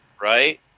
Right